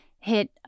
hit